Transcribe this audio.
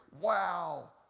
wow